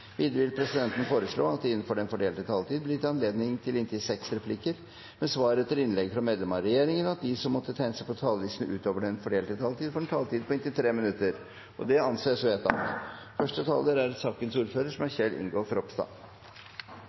Videre vil presidenten foreslå at det – innenfor den fordelte taletid – blir gitt anledning til inntil seks replikker med svar etter innlegg fra medlemmer av regjeringen, og at de som måtte tegne seg på talerlisten utover den fordelte taletid, får en taletid på inntil 3 minutter. – Det anses vedtatt. Som sakens ordfører